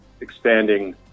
expanding